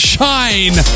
Shine